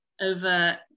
over